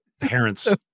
parents